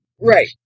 right